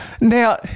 Now